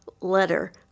letter